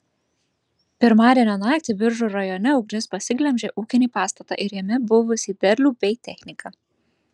pirmadienio naktį biržų rajone ugnis pasiglemžė ūkinį pastatą ir jame buvusį derlių bei techniką